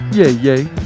Yay